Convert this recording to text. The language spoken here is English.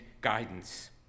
guidance